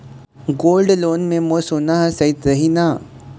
Gold loan मे मोर सोना हा सइत रही न?